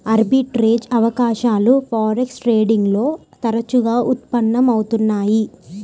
arbitrage అవకాశాలు forex trading లో తరచుగా ఉత్పన్నం అవుతున్నయ్యి